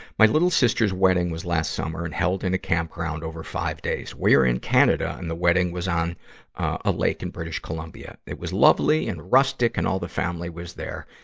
my little sister's wedding was last summer and held in a campground over five days. we're in canada, and the wedding was on a lake in british columbia. it was lovely and rustic and all the family was there,